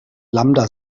lambda